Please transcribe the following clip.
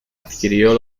adquirió